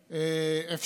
שמירה על שלטון החוק,